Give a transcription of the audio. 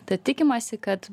tad tikimasi kad